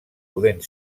podent